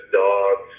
dogs